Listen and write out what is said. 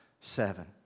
seven